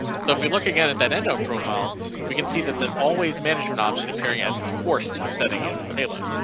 so if we look again at that endo profile we can see that the always management option appearing as the forced setting in that payload.